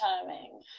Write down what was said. timing